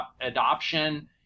adoption